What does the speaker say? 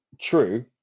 True